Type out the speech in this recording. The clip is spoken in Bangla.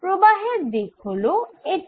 প্রবাহের দিক হল এটি